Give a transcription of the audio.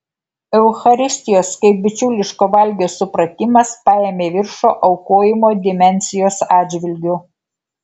eucharistijos kaip bičiuliško valgio supratimas paėmė viršų aukojimo dimensijos atžvilgiu